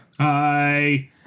Hi